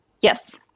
Yes